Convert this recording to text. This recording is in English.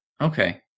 Okay